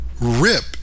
rip